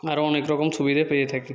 আরও অনেক রকম সুবিধে পেয়ে থাকি